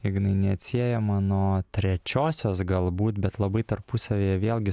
ignai neatsiejama nuo trečiosios galbūt bet labai tarpusavyje vėlgi